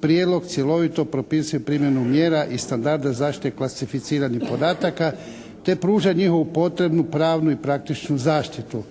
prijedlog cjelovito propisuje primjenu mjera i standarda zaštite klasificiranih podataka te pruža njihovu potrebnu pravnu i praktičnu zaštitu.